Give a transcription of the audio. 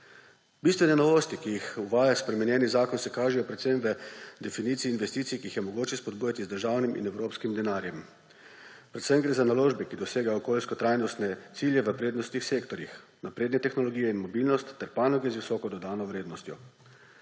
Bistvene novosti, ki jih uvaja spremenjeni zakon, se kažejo predvsem v definiciji investicij, ki jih je mogoče spodbujati z državnim in evropskim denarjem. Predvsem gre za naložbe, ki dosegajo okoljsko-trajnostne cilje v prednostnih sektorjih, napredne tehnologije in mobilnost ter panoge z visoko dodano vrednostjo.